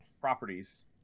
properties